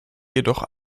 jedoch